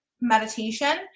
meditation